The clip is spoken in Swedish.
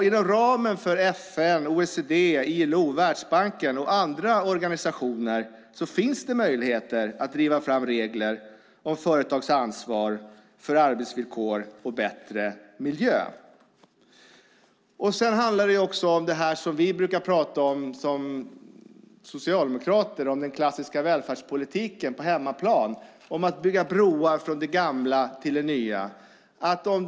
Inom ramen för FN, OECD, ILO, Världsbanken och andra organisationer finns det möjligheter att driva fram regler om företags ansvar för arbetsvillkor och en bättre miljö. Det handlar också om det som vi socialdemokrater brukar prata om, nämligen den klassiska välfärdspolitiken på hemmaplan. Det handlar om att bygga broar från det gamla till det nya.